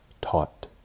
taught